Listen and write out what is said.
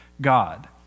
God